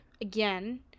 again